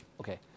Okay